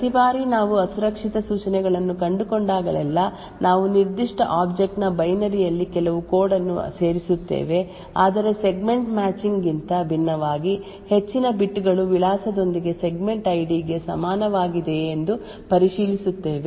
ಈಗ ಪ್ರತಿ ಬಾರಿ ನಾವು ಅಸುರಕ್ಷಿತ ಸೂಚನೆಗಳನ್ನು ಕಂಡುಕೊಂಡಾಗಲೆಲ್ಲಾ ನಾವು ನಿರ್ದಿಷ್ಟ ಆಬ್ಜೆಕ್ಟ್ನ ಬೈನರಿ ಯಲ್ಲಿ ಕೆಲವು ಕೋಡ್ ಅನ್ನು ಸೇರಿಸುತ್ತೇವೆ ಆದರೆ ಸೆಗ್ಮೆಂಟ್ ಮ್ಯಾಚಿಂಗ್ ಗಿಂತ ಭಿನ್ನವಾಗಿ ಹೆಚ್ಚಿನ ಬಿಟ್ ಗಳು ವಿಳಾಸದೊಂದಿಗೆ ಸೆಗ್ಮೆಂಟ್ ಐಡಿ ಗೆ ಸಮಾನವಾಗಿದೆಯೇ ಎಂದು ಪರಿಶೀಲಿಸುತ್ತೇವೆ